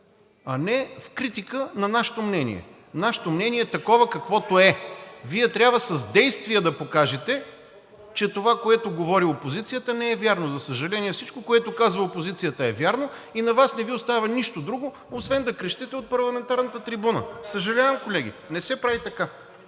а не в критика на нашето мнение. Нашето мнение е такова, каквото е. Вие трябва с действия да покажете, че това, което говори опозицията, не е вярно. За съжаление, всичко, което казва опозицията, е вярно и на Вас не Ви остава нищо друго, освен да крещите от парламентарната трибуна. Съжалявам, колеги, не се прави така!